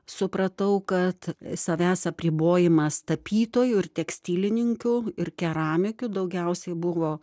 supratau kad savęs apribojimas tapytojų ir tekstilininkių ir keramikių daugiausiai buvo